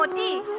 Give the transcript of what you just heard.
um da